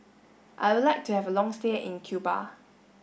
I would like to have a long stay in Cuba